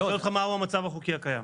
אני שואל אותך, מהו המצב החוקי הקיים?